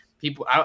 people